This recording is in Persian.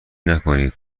نکنید